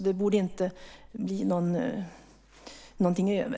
Det borde inte bli någonting över.